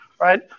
right